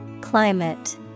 Climate